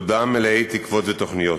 בעודם מלאי תקוות ותוכניות.